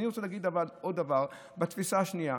אבל אני רוצה להגיד עוד דבר בתפיסה השנייה.